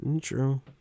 True